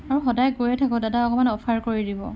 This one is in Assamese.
অঁ সদায় গৈ থাকোঁ দাদা অকণমান অফাৰ কৰি দিব